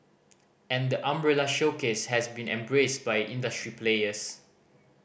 and the umbrella showcase has been embraced by industry players